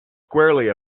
squarely